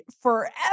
forever